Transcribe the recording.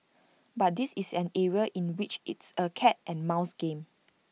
but this is an area in which it's A cat and mouse game